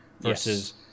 versus